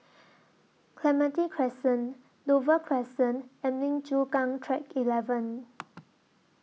Clementi Crescent Dover Crescent and Lim Chu Kang Track eleven